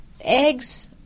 eggs